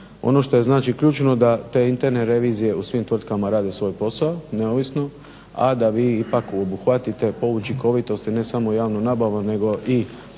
Ono što je ključno da te interne revizije u svim tvrtkama rade svoj posao neovisno a da vi ipak obuhvatite po učinkovitosti ne samo javnu nabavu